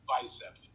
bicep